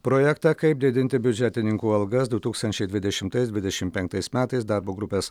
projektą kaip didinti biudžetininkų algas du tūkstančiai dvidešimtais dvidešim penktais metais darbo grupės